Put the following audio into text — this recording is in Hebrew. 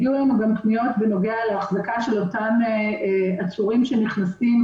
הגיעו אלינו גם פניות בנוגע להחזקת אותם עצורים שנכנסים